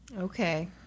Okay